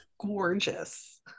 gorgeous